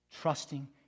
Trusting